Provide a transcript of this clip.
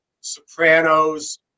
Sopranos